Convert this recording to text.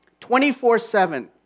24-7